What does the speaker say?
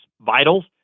vitals